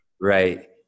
right